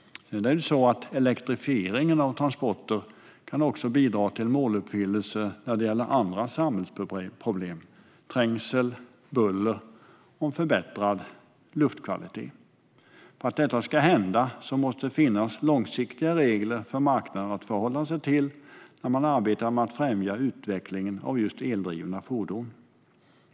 Elektrifiering av transporter kan även bidra till måluppfyllelse när det gäller andra samhällsproblem som trängsel, buller och luftkvalitet. För att detta ska hända måste det dock finnas långsiktiga regler för marknaden att förhålla sig till när man arbetar med att främja utvecklingen av eldrivna fordon.